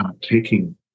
taking